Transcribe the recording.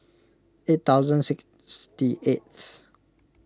eight thousand sixty eighth